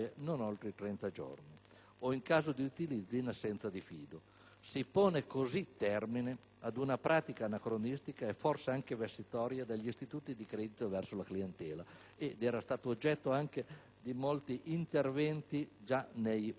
o in caso di utilizzi in assenza di fido. Si pone così termine ad una pratica anacronistica e forse anche vessatoria degli istituti di credito verso la clientela, peraltro oggetto di molti interventi già nei provvedimenti di luglio.